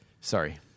sorry